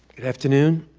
good afternoon,